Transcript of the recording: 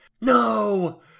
No